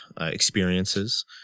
experiences